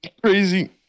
Crazy